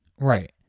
Right